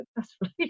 successfully